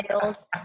sales